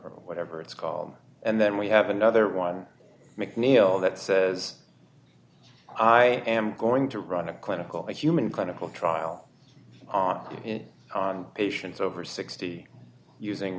or whatever it's called and then we have another one mcneil that says i am going to run a clinical human clinical trial on on patients over sixty using